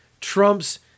Trump's